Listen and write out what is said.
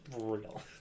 Real